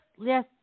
yes